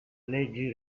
leggi